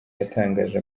yatangaje